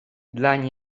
dlań